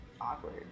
awkward